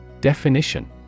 Definition